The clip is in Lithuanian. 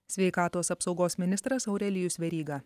sveikatos apsaugos ministras aurelijus veryga